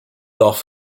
off